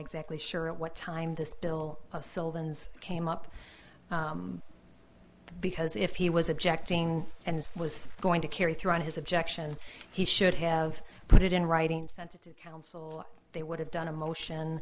exactly sure at what time this bill came up because if he was objecting and he was going to carry through on his objection he should have put it in writing sensitive counsel they would have done a motion